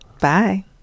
Bye